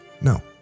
No